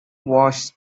wash